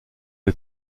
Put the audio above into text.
les